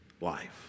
life